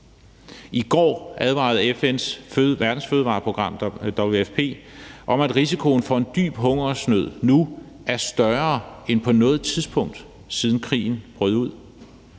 I går advarede FN's verdensfødevareprogram, WFP, om, at risikoen for en dyb hungersnød nu er større end på noget tidspunkt, siden krigen brød ud.